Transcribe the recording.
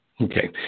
Okay